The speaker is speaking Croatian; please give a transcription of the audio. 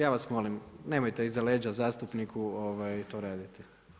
Ja vas molim nemojte iza leđa zastupniku to raditi.